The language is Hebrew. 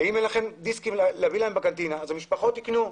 אם אין לכם דיסקים בקנטינה, המשפחות יקנו.